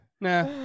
nah